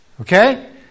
Okay